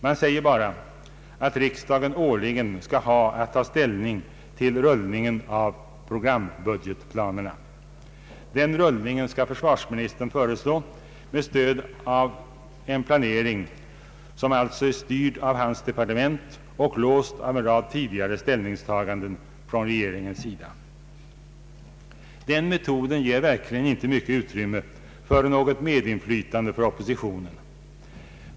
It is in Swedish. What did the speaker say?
Man säger bara att riksdagen årligen skall ha att ta ställning till rullningen av programbudgetplanerna. Den rullningen skall försvarsministern föreslå med stöd av en panering som alltså är styrd från hans departement och låst av en rad tidigare ställningstaganden från regeringens sida. Den metoden ger verkligen inte mycket utrymme för något medinflytande för oppositionen.